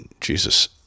Jesus